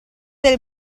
del